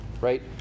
right